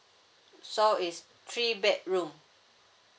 so is three bedroom